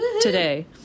today